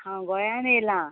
हांव गोंयान येयलां